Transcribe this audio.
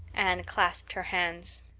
anne clasped her hands.